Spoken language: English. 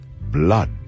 blood